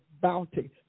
bounty